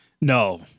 No